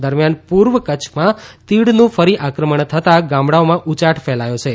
દરમિયાન પૂર્વ કચ્છમાં તીડનું ફરી આક્રમણ થતાં ગામડાઓમાં ઉયાટ ફેલાયો છે